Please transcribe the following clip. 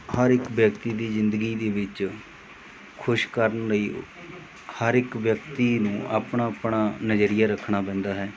ਹਰ ਇੱਕ ਵਿਅਕਤੀ ਦੀ ਜ਼ਿੰਦਗੀ ਦੇ ਵਿੱਚ ਖੁਸ਼ ਕਰਨ ਲਈ ਹਰ ਇੱਕ ਵਿਅਕਤੀ ਨੂੰ ਆਪਣਾ ਆਪਣਾ ਨਜ਼ਰੀਆ ਰੱਖਣਾ ਪੈਂਦਾ ਹੈ